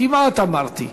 כמעט אמרתי.